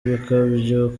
ibikabyo